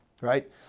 right